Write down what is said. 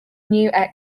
new